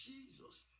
Jesus